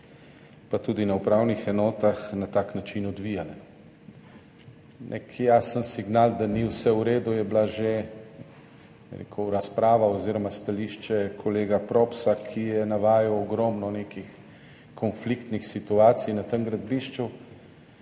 pa tudi na upravnih enotah, odvijali na tak način. Nek jasen signal, da ni vse v redu, je bila že razprava oziroma stališče kolega Propsa, ki je navajal ogromno nekih konfliktnih situacij na tem gradbišču,